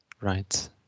Right